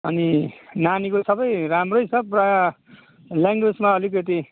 अनि नानीको सबै राम्रै छ प्रायः ल्याङ्ग्वेजमा अलिकति